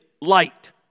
light